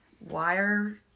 wire